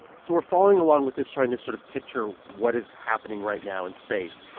so we're following along with this, trying to sort of picture what is happening right now in space.